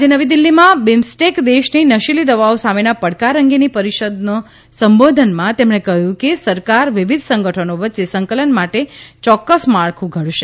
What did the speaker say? આજે નવી દિલ્હીમાં બીમ્સ્ટેક દેશની નશીલી દવાઓ સામેના પડકાર અંગેની પરિષદનો સેબોધનાં તેમણે કહ્યુંકે સરકાર વિવિધ સંગઠનો વચ્ચે સંકલન માટે ચોક્કસ માળખું ધડશે